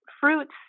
fruits